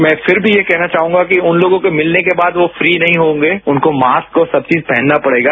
मैं फिर भी यह कहना चाहूंगा कि उन लोगों को मिलने के बाद वो फ्री नहीं होंगे उनको मास्क और सब चीज पहनना पड़ेगा